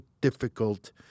difficult